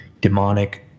demonic